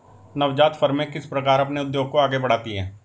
नवजात फ़र्में किस प्रकार अपने उद्योग को आगे बढ़ाती हैं?